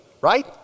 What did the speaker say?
right